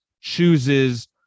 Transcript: chooses